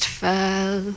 fell